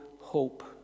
hope